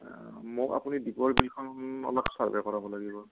মোক আপুনি দ্বীপৰ বিলখন অলপ ছাৰ্ভে কৰাব লাগিব